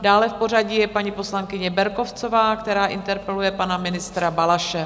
Dále v pořadí je paní poslankyně Berkovcová, která interpeluje pana ministra Balaše.